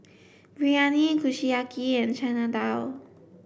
Biryani Kushiyaki and Chana Dal